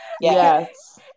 Yes